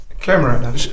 camera